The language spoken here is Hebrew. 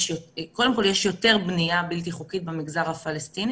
יש יותר בנייה בלתי חוקית במגזר הפלסטיני